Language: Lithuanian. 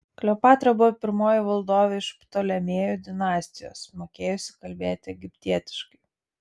kleopatra buvo pirmoji valdovė iš ptolemėjų dinastijos mokėjusi kalbėti egiptietiškai